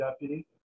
deputy